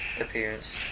appearance